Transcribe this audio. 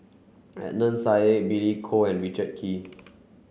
Adnan Billy Koh and Richard Kee